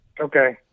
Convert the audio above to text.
okay